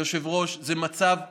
היושב-ראש, זה מצב הזוי.